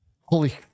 holy